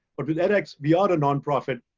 but with edx, we are a nonprofit.